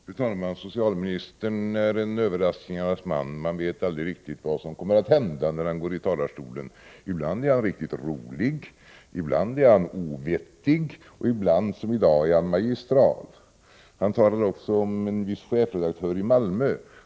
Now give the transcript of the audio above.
Fru talman! Socialministern är en överraskningarnas man. Man vet aldrig riktigt vad som kommer att hända när han går upp talarstolen. Ibland är han riktigt rolig. Ibland är han ovettig. Och ibland, som i dag, är han magistral. Han talar också om en viss chefsredaktör i Malmö.